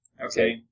Okay